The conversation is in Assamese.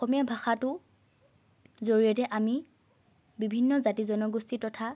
অসমীয়া ভাষাটোৰ জৰিয়তে আমি বিভিন্ন জাতি জনগোষ্ঠী তথা